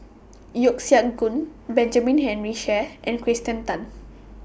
Yeo Siak Goon Benjamin Henry Sheares and Kirsten Tan